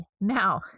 Now